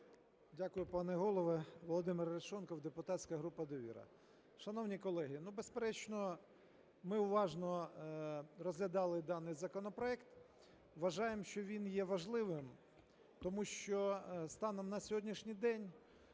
Дякую, пане Голово. Володимир Арешонков, депутатська група "Довіра". Шановні колеги, безперечно, ми уважно розглядали даний законопроект. Вважаємо, що він є важливим, тому що станом на сьогоднішній день